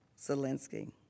Zelensky